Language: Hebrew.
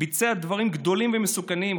ביצע דברים גדולים ומסוכנים,